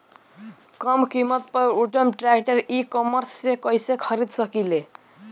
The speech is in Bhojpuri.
कम कीमत पर उत्तम ट्रैक्टर ई कॉमर्स से कइसे खरीद सकिले?